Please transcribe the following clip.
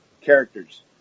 characters